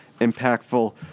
impactful